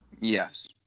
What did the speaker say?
Yes